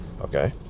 okay